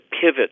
pivot